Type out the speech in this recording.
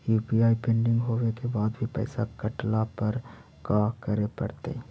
UPI pending होवे के बाद भी पैसा कटला पर का करे पड़तई?